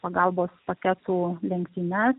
pagalbos paketų lenktynes